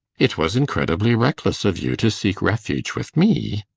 it was incredibly reckless of you to seek refuge with me.